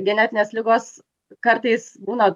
genetinės ligos kartais būna